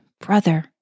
brother